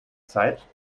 zeit